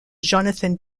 jonathan